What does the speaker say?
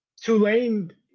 Tulane